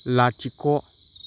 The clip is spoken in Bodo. लाथिख'